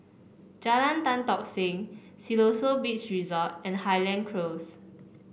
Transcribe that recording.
Jalan Tan Tock Seng Siloso Beach Resort and Highland Close